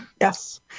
Yes